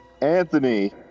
Anthony